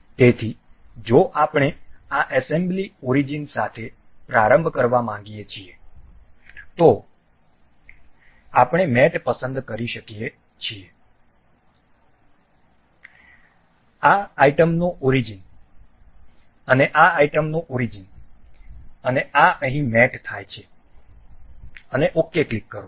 તેથી જો આપણે આ એસેમ્બલી ઓરીજીન સાથે પ્રારંભ કરવા માંગીએ છીએ તો આપણે મેટ પસંદ કરી શકીએ છીએ આ આઇટમનો ઓરીજીન અને આ આઇટમનો ઓરીજીન અને આ અહીં મેટ થાય છે અને ok ક્લિક કરો